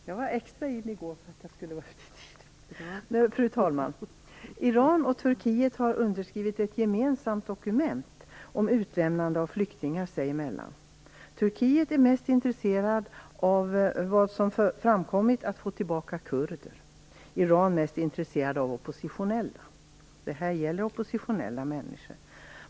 Fru talman! Iran och Turkiet har underskrivit ett gemensamt dokument om utlämnande av flyktingar sig emellan. Turkiet är mest intresserat, enligt vad som framkommit, att få tillbaka kurder. Iran är mest intresserat av oppositionella. Detta gäller oppositionella människor.